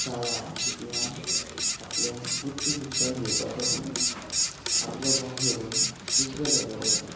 शाळा किंवां आपले उच्च शिक्षण घेवपा साठी आपलो गांव सोडून दुसरे जाग्यार वता